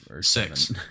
Six